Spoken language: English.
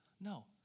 No